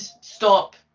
stop